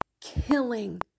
killing